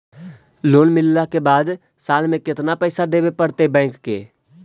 Loan मिलला के बाद साल में केतना पैसा देबे पड़तै बैक के?